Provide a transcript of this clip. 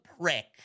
prick